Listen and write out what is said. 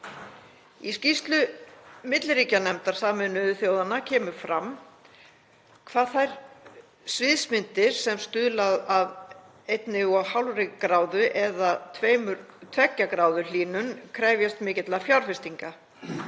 Í skýrslu milliríkjanefndar Sameinuðu þjóðanna kemur fram hvað þær sviðsmyndir sem stuðla að 1,5°C eða 2,0°C hlýnun krefjast mikilla fjárfestinga.